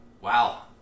Wow